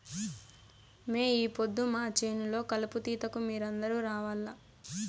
మే ఈ పొద్దు మా చేను లో కలుపు తీతకు మీరందరూ రావాల్లా